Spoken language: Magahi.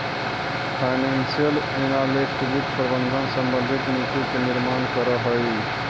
फाइनेंशियल एनालिस्ट वित्त प्रबंधन संबंधी नीति के निर्माण करऽ हइ